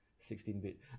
16-bit